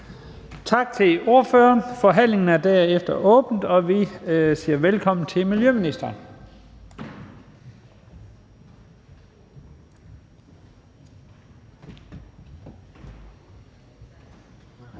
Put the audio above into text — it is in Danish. forslagsstilleren. Forhandlingen er herefter åbnet, og vi siger velkommen til miljøministeren.